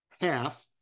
half